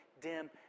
dim